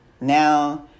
now